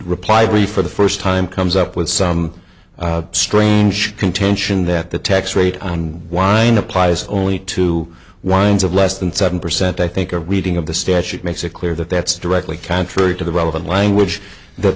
reply brief for the first time comes up with some strange contention that the tax rate on wine applies only to wines of less than seven percent i think a reading of the statute makes it clear that that's directly contrary to the relevant language that